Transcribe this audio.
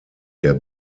der